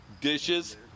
Dishes